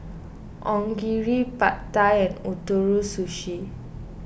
Onigiri Pad Thai and Ootoro Sushi